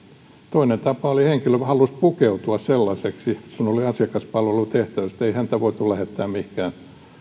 oli kun henkilö halusi pukeutua sellaiseksi kun oli asiakaspalvelutehtävissä ettei häntä voitu lähettää mihinkään